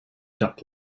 duck